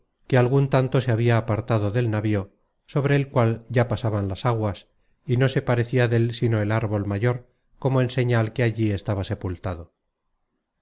m algun tanto se habia apartado del navío sobre el cual ya pasaban las aguas y no se parecia del sino el árbol mayor como en señal que allí estaba sepultado